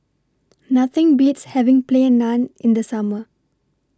Nothing Beats having Plain Naan in The Summer